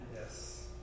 Yes